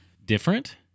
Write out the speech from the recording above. different